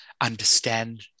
understand